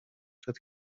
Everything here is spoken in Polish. przed